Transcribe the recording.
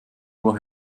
uhr